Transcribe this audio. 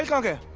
like ok,